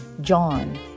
John